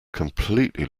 completely